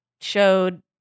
showed